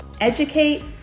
Educate